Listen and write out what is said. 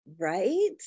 right